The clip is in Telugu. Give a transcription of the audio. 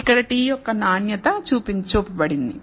ఇక్కడ t యొక్క నాణ్యత చూపబడింది